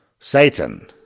Satan